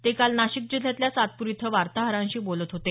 ते काल नाशिक जिल्ह्यातल्या सातपूर इथं वार्ताहरांशी बोलत होते